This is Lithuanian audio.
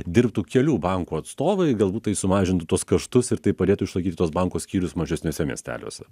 dirbtų kelių bankų atstovai galbūt tai sumažintų tuos kaštus ir tai padėtų išlaikyti tuos banko skyrius mažesniuose miesteliuose